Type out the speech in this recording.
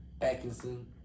Atkinson